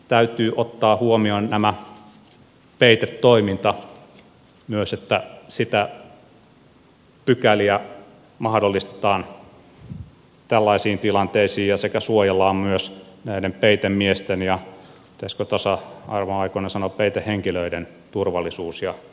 täytyy ottaa huomioon ihan tämä peitetoiminta myös että niitä pykäliä mahdollistetaan tällaisiin tilanteisiin sekä suojellaan myös näiden peitemiesten ja pitäisikö tasa arvon aikoina sanoa peitehenkilöiden turvallisuus ja oikeudet